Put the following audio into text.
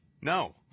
No